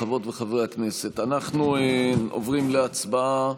חברות וחברי הכנסת, אנחנו עוברים להצבעה